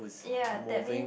ya that mean